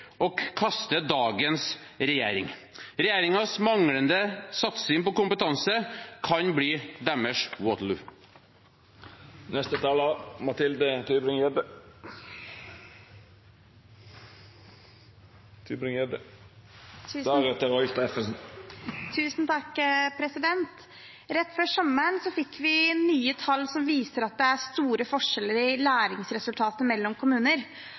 å kaste dagens regjering. Regjeringens manglende satsing på kompetanse kan bli deres Waterloo. Rett før sommeren fikk vi nye tall som viser at det er store forskjeller i læringsresultatene mellom kommuner,